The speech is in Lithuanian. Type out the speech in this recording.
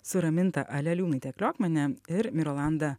su raminta aleliūnaite kliokmane ir mirolanda